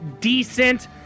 decent